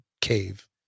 cave